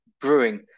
brewing